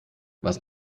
was